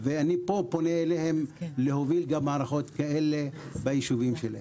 ואני פונה אליהם להוביל גם מערכות כאלה ביישובים שלהם.